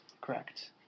Correct